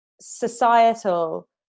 societal